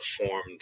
performed